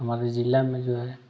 हमारे ज़िला में जो है